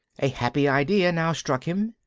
a happy idea now struck him.